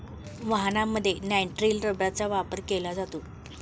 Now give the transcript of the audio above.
वाहनांमध्ये नायट्रिल रबरचा वापर केला जातो